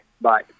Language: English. Bye